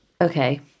Okay